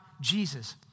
Jesus